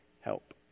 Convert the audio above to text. help